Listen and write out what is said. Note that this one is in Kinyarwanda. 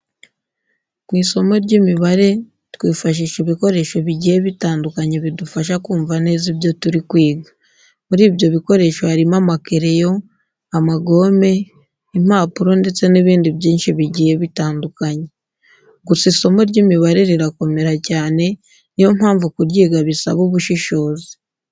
Mu isomo ry'imibare twifashisha ibikoresho bigiye bitandukanye bidufasha kumva neza ibyo turi kwiga. Muri ibyo bikoresho harimo amakereyo, amagome, impapuro ndetse n'ibindi byinshi bigiye bitandukanye. Gusa isomo ry'imibare rirakomera cyane, ni yo mpamvu kuryiga bisaba ubushishozi.